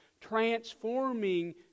transforming